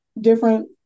different